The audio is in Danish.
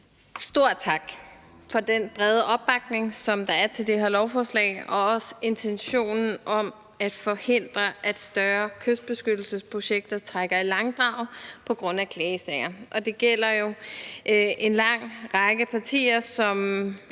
stor tak for den brede opbakning, som der er til det her lovforslag og også til intentionen om at forhindre, at større kystbeskyttelsesprojekter trækker i langdrag på grund af klagesager. Og det gælder jo en lang række partier, som